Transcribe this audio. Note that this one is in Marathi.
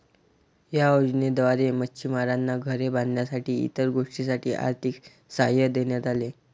या योजनेद्वारे मच्छिमारांना घरे बांधण्यासाठी इतर गोष्टींसाठी आर्थिक सहाय्य देण्यात आले